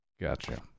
Gotcha